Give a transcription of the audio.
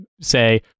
say